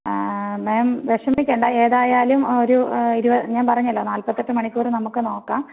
മാം വിഷമിക്കേണ്ട ഏതായാലും ഒരു ഇരുപത്തെട്ട് ഞാൻ പറഞ്ഞല്ലോ നാൽപ്പത്തെട്ട് മണിക്കൂർ നമുക്ക് നോക്കാം